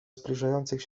zbliżających